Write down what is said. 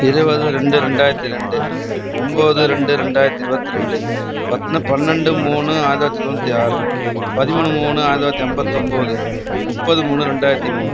இருபது இரண்டு இரண்டாயிரத்தி இரண்டு ஒன்போது இரண்டு இரண்டாயிரத்தி இருபத்தி இரண்டு பத்துனு பன்னெண்டு மூணு ஆயிரத்தி தொண்ணூற்றி ஆறு பதிமூணு மூணு ஆயிரத தொள்ளாயிரத்தி ஐம்பத்தொம்போது முப்பது மூணு இரண்டாயிரத்தி மூணு